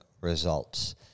results